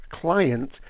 client